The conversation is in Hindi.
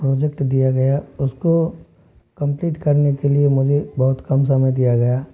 प्रोजेक्ट दिया गया उसको कंप्लीट करने के लिए मुझे बहुत कम समय दिया गया